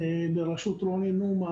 בראשות רוני נומה.